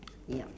ya